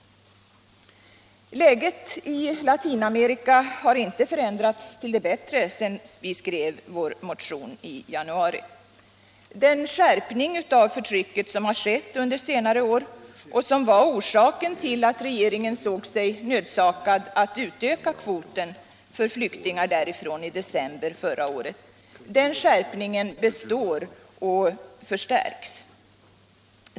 Läget i Latinamerika har inte förändrats till det bättre sedan vi i januari skrev vår motion. Den skärpning av förtrycket som har skett under senare år och som var orsaken till att regeringen i december förra året såg sig nödsakad att utöka kvoten för flyktingar därifrån består och förstärks.